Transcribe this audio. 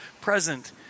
present